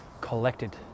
collected